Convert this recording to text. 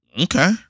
Okay